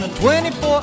24